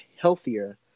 healthier